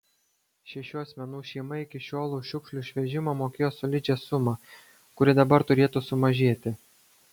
šešių asmenų šeima iki šiol už šiukšlių išvežimą mokėjo solidžią sumą kuri dabar turėtų sumažėti